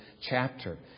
chapter